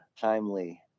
timely